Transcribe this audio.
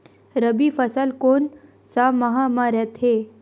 रबी फसल कोन सा माह म रथे?